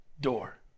door